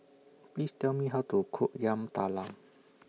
Please Tell Me How to Cook Yam Talam